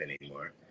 anymore